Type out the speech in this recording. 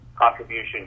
contribution